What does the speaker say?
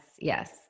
Yes